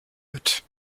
mit